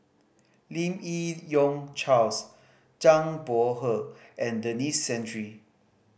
Lim Yi Yong Charles Zhang Bohe and Denis Santry